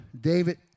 David